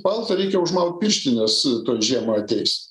paltą reikia užmaut pirštines tuoj žiema ateis